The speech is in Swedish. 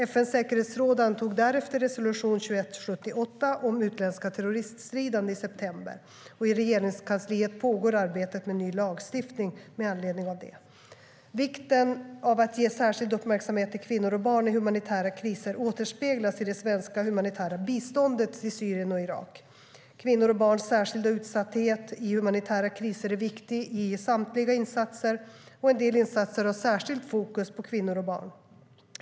FN:s säkerhetsråd antog därefter, i september, resolution 2178 om utländska terroriststridande. I Regeringskansliet pågår arbetet med ny lagstiftning med anledning av det. Vikten av att ge särskild uppmärksamhet till kvinnor och barn i humanitära kriser återspeglas i det svenska humanitära biståndet till Syrien och Irak. Kvinnors och barns särskilda utsatthet i humanitära kriser är viktig i samtliga insatser, och en del insatser har särskilt fokus på kvinnor och barn.